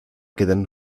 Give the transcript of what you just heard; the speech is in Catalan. queden